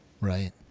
Right